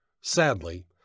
Sadly